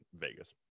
Vegas